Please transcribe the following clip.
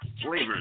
flavors